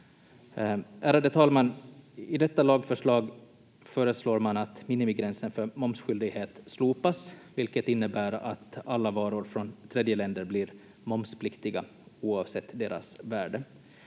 Ärade talman! I detta lagförslag föreslår man att minimigränsen för momsskyldighet slopas, vilket innebär att alla varor från tredjeländer blir momspliktiga oavsett deras värde.